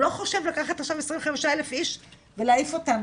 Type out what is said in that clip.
הוא לא חושב עכשיו לקחת 25 אלף איש ולהעיף אותם,